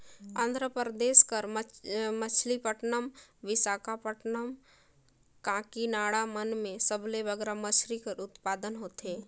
आंध्र परदेस कर मछलीपट्टनम, बिसाखापट्टनम, काकीनाडा मन में सबले बगरा मछरी कर उत्पादन होथे